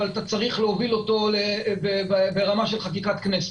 אבל אתה צריך להוביל אותו ברמה של חקיקת כנסת.